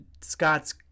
Scott's